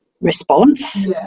response